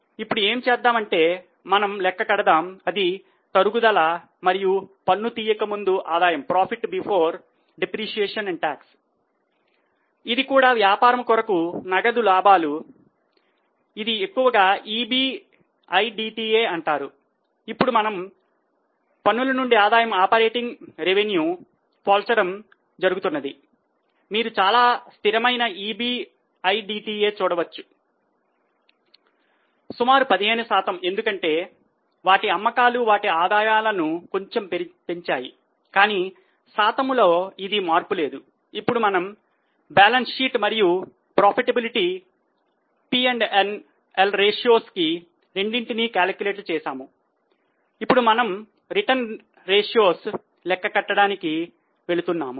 ఇప్పుడు ఏమి చేద్దాం అంటే మనము లెక్క కడదాం అది తరుగుదల మరియు పన్ను తీయక ముందు ఆదాయము లెక్క కట్టడానికి వెళ్తున్నాము